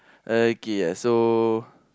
okay uh so